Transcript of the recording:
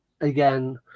again